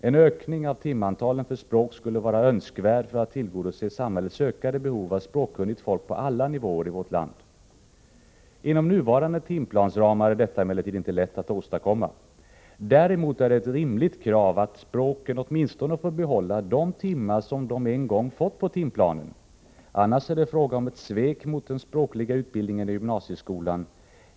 En ökning av timantalet för språken skulle vara önskvärd för att tillgodose samhällets ökade behov av språkkunnigt folk på alla nivåer i vårt land. Inom nuvarande timplansramar är detta emellertid inte lätt att åstadkomma. Däremot är det ett rimligt krav att språken åtminstone får behålla de timmar som de en gång fått på timplanen. Annars är det fråga om ett svek mot den språkliga utbildningen i gymnasieskolan.